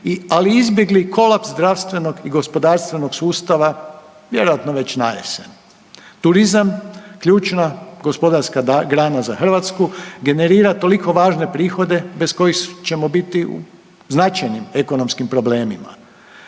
ali izbjegli kolaps zdravstvenog i gospodarstvenog sustava, vjerojatno već najesen. Turizam, ključna gospodarska grana za Hrvatsku generira toliko važne prihode bez kojih ćemo biti u značajnim ekonomskim problemima.